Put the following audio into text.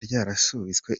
ryasubitswe